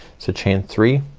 so chain three